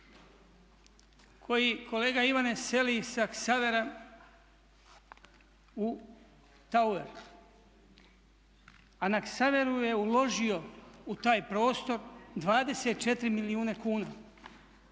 koji kolega Ivane seli sa Ksavera u tower, a na Ksaveru je uložio u taj prostor 24 milijuna kuna